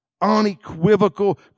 unequivocal